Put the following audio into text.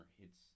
hits